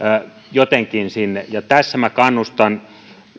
jotenkin sinne ja tässä kannustan